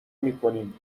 میکنیم